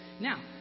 Now